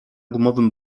gumowym